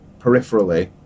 peripherally